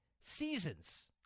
seasons